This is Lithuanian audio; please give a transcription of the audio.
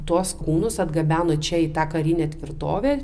tuos kūnus atgabeno čia į tą karinę tvirtovę